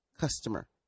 customer